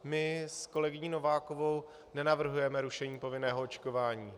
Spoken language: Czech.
My s kolegyní Novákovou nenavrhujeme rušení povinného očkování.